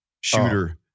shooter